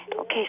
Okay